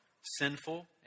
sinful